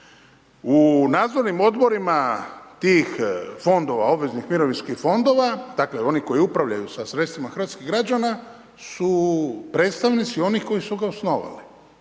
u nadzornim odborima tih fondova, obveznim mirovinskih fondova, dakle oni koji upravljaju sa sredstvima hrvatskih građana su predstavnici onih koji su ga osnovali.